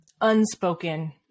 unspoken